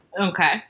Okay